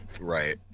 Right